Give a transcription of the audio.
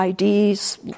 IDs